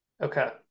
Okay